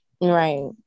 right